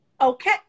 Okay